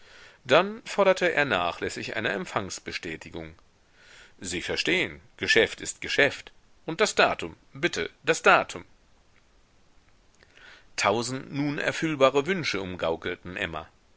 dann forderte er nachlässig eine empfangsbestätigung sie verstehen geschäft ist geschäft und das datum bitte das datum tausend nun erfüllbare wünsche umgaukelten emma